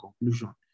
conclusion